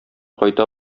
кайта